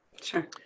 Sure